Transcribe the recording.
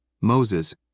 Moses